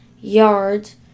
yards